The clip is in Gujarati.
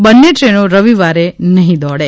બંને દ્રેનો રવિવારે નહી દોડે